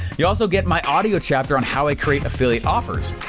you also get my audio chapter on how i create affiliate offers.